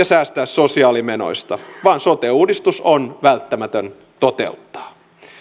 säästää sosiaalimenoista vaan sote uudistus on välttämätön toteuttaa